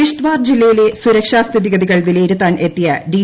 കിഷ്ത്വാർ ജില്ലയിലെ സുരക്ഷാസ്ഥിതിഗതികൾ വിലയിരുത്താൻ എത്തിയ ഡി